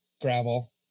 Gravel